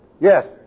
Yes